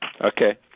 Okay